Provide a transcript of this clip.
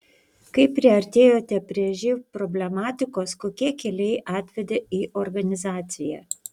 kaip priartėjote prie živ problematikos kokie keliai atvedė į organizaciją